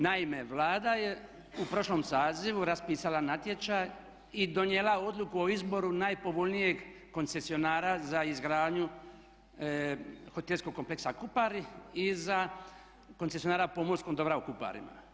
Naime, Vlada je u prošlom sazivu raspisala natječaj i donijela odluku o izboru najpovoljnijeg koncesionara za izgradnju hotelskog kompleksa Kupari i za koncesionara pomorskog dobra u Kuparima.